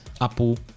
apple